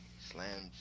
slams